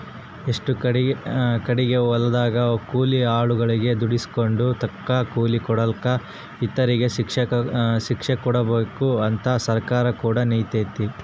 ಎಷ್ಟೊ ಕಡಿಗೆ ಹೊಲದಗ ಕೂಲಿ ಆಳುಗಳಗೆ ದುಡಿಸಿಕೊಂಡು ತಕ್ಕಂಗ ಕೂಲಿ ಕೊಡಕಲ ಇಂತರಿಗೆ ಶಿಕ್ಷೆಕೊಡಬಕು ಅಂತ ಸರ್ಕಾರ ಕೂಡ ನಿಂತಿತೆ